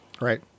Right